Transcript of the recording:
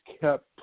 kept